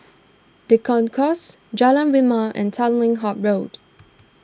the Concourse Jalan Rimau and Tanglin Halt Road